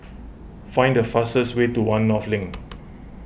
find the fastest way to one North Link